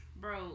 bro